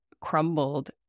crumbled